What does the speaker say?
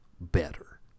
better